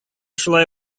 шулай